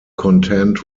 contend